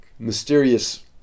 Mysterious